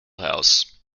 house